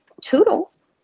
toodles